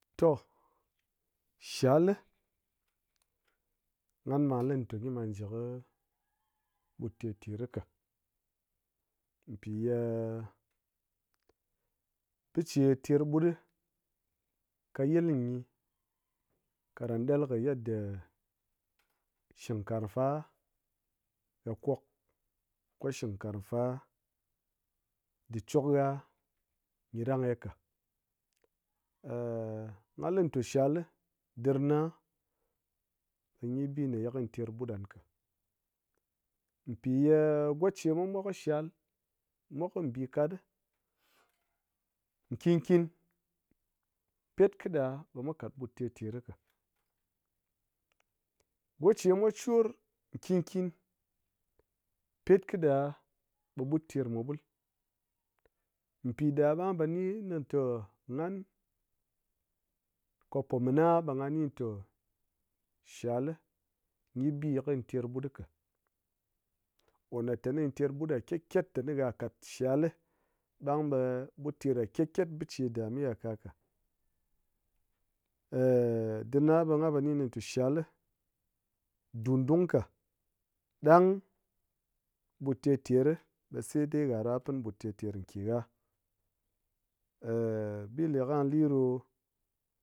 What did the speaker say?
To shal li ngha man ligyi tani kɨ ji kɨ ɓut ter ter ka, pi ye biche terɓutɗi ka yil gyi karan ɗel kɨ yedda shingkarang fa ha kwok ko shingkarang fa ɗi chwok ha ɓe rang gyi ka, gha lite shal li ɗirna ɓe gyi bi ye kɨ terɓut nghan ka pi ye gwachemwa mwa kɨ shal mwa kɨ mbikat nkin nkin pet kɨɗa ɓe mwa kat ɓut ter ter ka. Gwachemwa chor nkin nkin pet kɨɗa ɓe ɓut termwa ɓul, piɗa ɓe nghan po ni kini te nghan po mina ɓe ngha ni te shal li gyi bi ye kɨ terɓut ka ona tani terɓut ha kyet kyet tani ha kat shal li ɓang ɓe ɓut ter ha kyet kyet tani ha kat shal li ɓang ɓe ɓut ter ha kyet kyet biche dame haka ka. dina ɓe gha po nikini te shal li dun dung ka ɗang ɓut ter ter ɓe sai dai ha ɗo ha pin ɓut ter ter nke ngha, bile kaliɗo